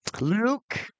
Luke